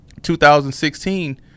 2016 –